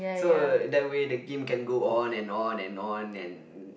so in that way the game can go on and on and on and